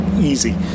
easy